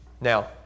Now